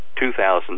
2000